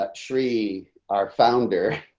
but sri, our founder.